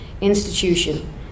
institution